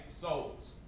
souls